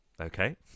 Okay